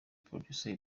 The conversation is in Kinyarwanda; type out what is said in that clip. producer